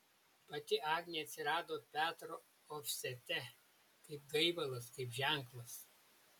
pati agnė atsirado petro ofsete kaip gaivalas kaip ženklas